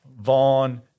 Vaughn